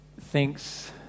thinks